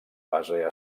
base